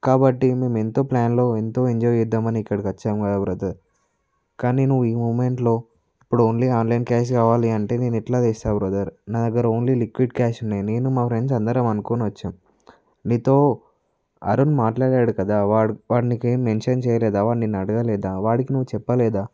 కాబట్టి మేమెంతో ప్లాన్లో ఎంతో ఎంజాయ్ చేద్దామని ఇక్కడికి వచ్చాము కదా బ్రదర్ కానీ నువ్వు ఈ మూమెంట్లో ఇప్పుడు ఓన్లీ ఆన్లైన్ క్యాషే కావాలి అంటే నేనెట్లా తెస్తాను బ్రదర్ నా దగ్గర ఓన్లీ లిక్విడ్ క్యాషున్నాయి నేను మా ఫ్రెండ్స్ అందరం అనుకొని వచ్చాము నీతో అరుణ్ మాట్లాడాడు కదా వాడు వాడు నీకేం మెన్షన్ చేయలేదా వాడు నిన్ను అడగలేదా వాడికి నువ్వు చెప్పలేదా